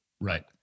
Right